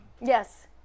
Yes